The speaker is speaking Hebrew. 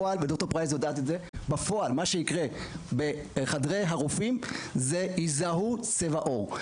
מה שיקרה בפועל בחדרי הרופאים זה שיזהו צבע עור.